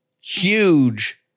huge